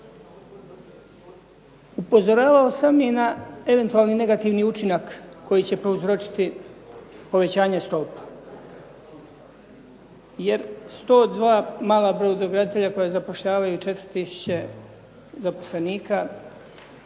Upozoravao sam i na eventualni negativni učinak koji će prouzročiti povećanje stopa jer 102 mala brodograditelja koja zapošljavaju 4 tisuće zaposlenika